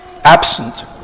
absent